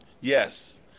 Yes